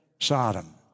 Sodom